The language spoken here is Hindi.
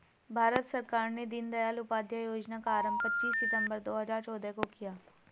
भारत सरकार ने दीनदयाल उपाध्याय योजना का आरम्भ पच्चीस सितम्बर दो हज़ार चौदह को किया